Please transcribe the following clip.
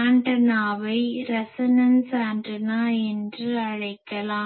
ஆண்டனாவை resonance resonance ஒத்ததிர்வு antenna என்று அழைக்கலாம்